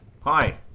Hi